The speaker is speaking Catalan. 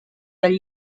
del